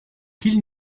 qu’il